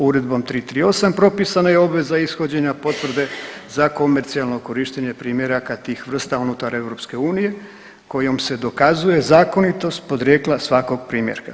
Uredbom 338. propisana je i obveza ishođenja potvrde za komercijalno korištenje primjeraka tih vrsta unutar EU kojom se dokazuje zakonitost porijekla svakog primjerka.